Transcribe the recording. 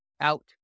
out